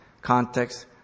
Context